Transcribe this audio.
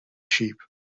sheep